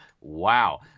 Wow